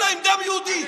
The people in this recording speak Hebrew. בעפולה עם דם יהודי.